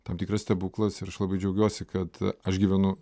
tam tikras stebuklas ir aš labai džiaugiuosi kad aš gyvenu